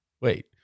Wait